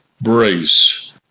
Brace